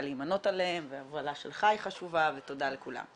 להימנות עליהם וההובלה שלך היא חשובה ותודה לכולם.